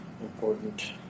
important